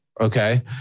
Okay